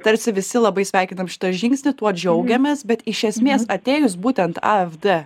tarsi visi labai sveikinam šitoj žingsnį tuo džiaugiamės bet iš esmės atėjus būtent a ef d